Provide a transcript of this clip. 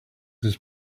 his